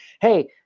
Hey